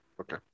Okay